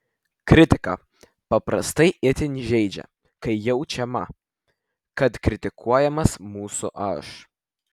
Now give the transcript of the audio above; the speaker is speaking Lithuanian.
kritika paprastai itin žeidžia kai jaučiama kad kritikuojamas mūsų aš